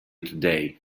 today